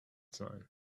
sign